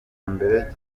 mbere